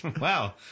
Wow